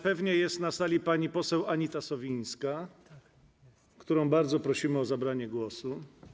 Pewnie jest na sali pani poseł Anita Sowińska, którą bardzo prosimy o zabranie głosu.